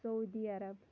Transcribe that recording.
Saudi Arab